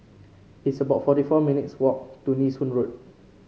it's about forty four minutes walk to Nee Soon Road